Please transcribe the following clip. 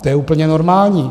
To je úplně normální.